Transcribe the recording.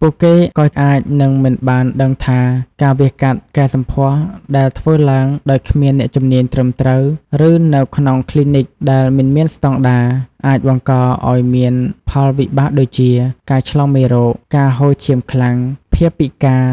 ពួកគេក៏អាចនឹងមិនបានដឹងថា ការវះកាត់កែសម្ផស្សដែលធ្វើឡើងដោយគ្មានអ្នកជំនាញត្រឹមត្រូវ ឬនៅក្នុងគ្លីនិកដែលមិនមានស្តង់ដារ អាចបង្កឱ្យមានផលវិបាកដូចជា ការឆ្លងមេរោគ ការហូរឈាមខ្លាំង ភាពពិការ